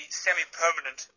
semi-permanent